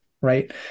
right